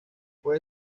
fue